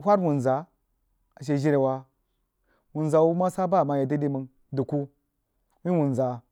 uhad wunzah a she jire wah wunzah mah sah bah mah yag daidai mang dəg kuh uhin wunzah